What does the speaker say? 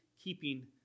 keeping